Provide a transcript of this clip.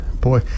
boy